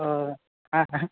ओ